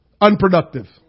unproductive